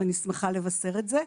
ואני שמחה לבשר את זה.